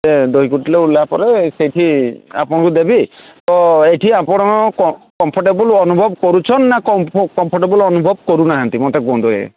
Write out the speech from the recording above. ସେ ଦୋଇଗୁଟରେ ଓହ୍ଲାଇଲା ପରେ ସେଠି ଆପଣଙ୍କୁ ଦେବି ତ ଏଠି ଆପଣ କମ୍ଫର୍ଟେବଲ୍ ଅନୁଭବ କରୁଛ ନା କମ୍ଫର୍ଟେବଲ୍ ଅନୁଭବ କରୁନାହାନ୍ତି ମୋତେ କୁହନ୍ତୁ ଆଜ୍ଞା